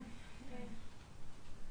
ל.י.: